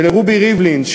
ולרובי ריבלין,